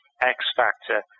X-Factor